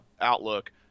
outlook